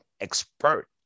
expert